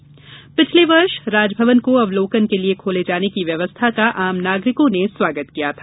गौरतलब है कि गत वर्ष राजभवन को अवलोकन के लिये खोले जाने की व्यवस्था का आम नागरिकों ने स्वागत किया था